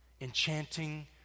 enchanting